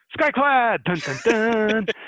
Skyclad